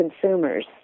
consumers